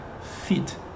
fit